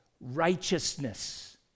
righteousness